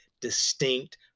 distinct